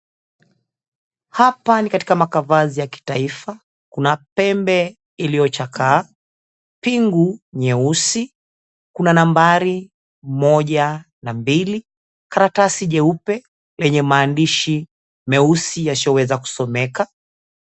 Hapa ni katika makavazi ya kitaifa. Kuna pembe iliyochakaa, pingu nyeusi, kuna nambari moja na mbili, karatasi jeupe lenye maandishi meusi yasiyoweza kusomeka.